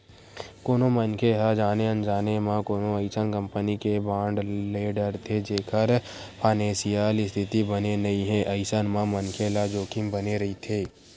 कोनो मनखे ह जाने अनजाने म कोनो अइसन कंपनी के बांड ले डरथे जेखर फानेसियल इस्थिति बने नइ हे अइसन म मनखे ल जोखिम बने रहिथे